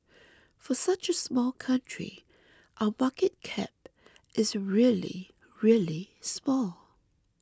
for such a small country our market cap is really really small